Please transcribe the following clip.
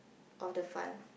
of the fund